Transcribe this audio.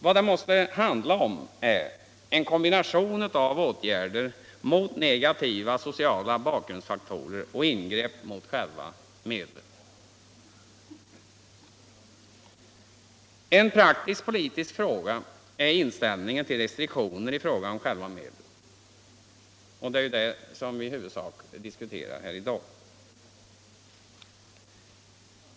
Vad det måste handla om är en kombination av åtgärder mot negativa sociala bakgrundsfaktorer och ingrepp mot själva medlet. En praktiskt politisk fråga är inställningen till restriktioner beträffande själva medlet, och det är ju det som vi i huvudsak diskuterar här i dag.